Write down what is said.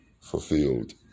Fulfilled